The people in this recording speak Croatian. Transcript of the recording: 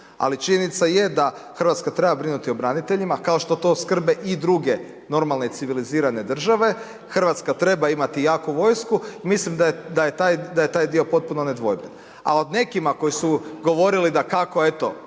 Ali činjenica je da Hrvatska treba brinuti o braniteljima, kao što to skrbe i druge normalne civilizirane države. Hrvatska treba imati jaku vojsku, mislim da je taj diko potpuno nedvojben. A o nekima koji su govorili da kako eto,